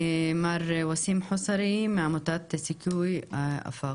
מר וסים חוסרי מעמותת סיכוי-אופוק,